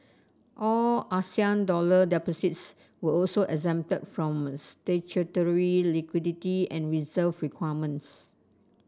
all Asian dollar deposits were also exempted from statutory liquidity and reserve requirements